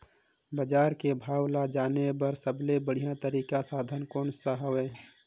बजार के भाव ला जाने बार सबले बढ़िया तारिक साधन कोन सा हवय?